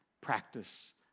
practice